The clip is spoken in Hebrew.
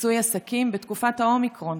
לפיצוי עסקים בתקופת האומיקרון.